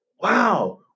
wow